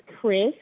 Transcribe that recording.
Chris